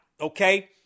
Okay